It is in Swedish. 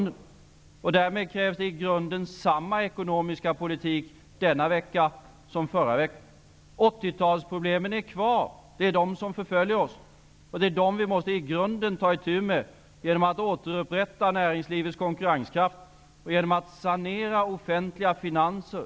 Därmed krävs det i grunden samma ekonomiska politik denna vecka som förra veckan. 80-talsproblemen är kvar -- det är de som förföljer oss. Det är dessa vi i grunden måste ta itu med genom att återupprätta näringslivets konkurrenskraft och genom att sanera offentliga finanser.